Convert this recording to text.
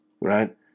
right